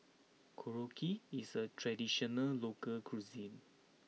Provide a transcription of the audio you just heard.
Korokke is a traditional local cuisine